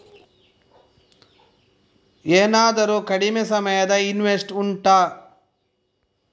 ಏನಾದರೂ ಕಡಿಮೆ ಸಮಯದ ಇನ್ವೆಸ್ಟ್ ಉಂಟಾ